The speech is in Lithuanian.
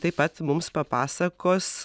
taip pat mums papasakos